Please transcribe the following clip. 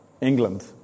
England